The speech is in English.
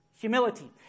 Humility